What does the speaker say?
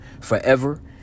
forever